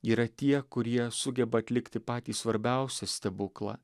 yra tie kurie sugeba atlikti patį svarbiausią stebuklą